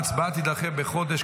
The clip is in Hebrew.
ההצבעה תידחה בחודש,